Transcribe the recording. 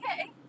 Okay